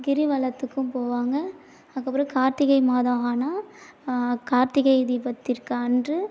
கிரிவலத்துக்கும் போவாங்க அதுக்கப்புறம் கார்த்திகை மாதம் ஆனால் கார்த்திகை தீபத்திற்கு அன்று